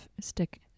stick